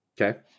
Okay